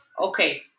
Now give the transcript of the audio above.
Okay